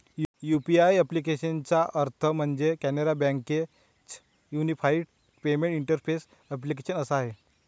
UPI ॲप्लिकेशनचा अर्थ म्हणजे, कॅनरा बँके च युनिफाईड पेमेंट इंटरफेस ॲप्लीकेशन असा आहे